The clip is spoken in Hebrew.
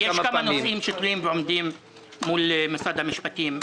יש כמה נושאים שתלויים ועומדים מול משרד המשפטים.